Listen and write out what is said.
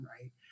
right